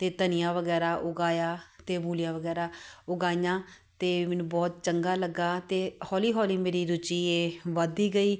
ਅਤੇ ਧਨੀਆ ਵਗੈਰਾ ਉਗਾਇਆ ਅਤੇ ਮੂਲੀਆਂ ਵਗੈਰਾ ਉਗਾਈਆਂ ਅਤੇ ਮੈਨੂੰ ਬਹੁਤ ਚੰਗਾ ਲੱਗਾ ਅਤੇ ਹੌਲੀ ਹੌਲੀ ਮੇਰੀ ਰੁਚੀ ਏ ਵਧਦੀ ਗਈ